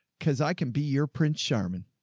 cause i can be your prince. sharman